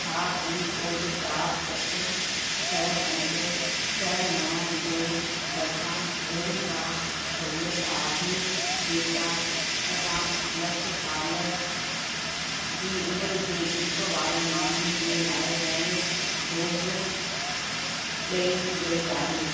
छा पिनकोड चार सत छह पंज छ्ह नवं जे भरिसां अहिड़ी का सहूलियत आहे जेका अरिड़हं प्लस साल जी उमिरि जे ग्रूप वारनि माण्हुनि जे लाइ पहिरियों डोज़ ॾेई रही आहे